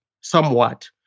somewhat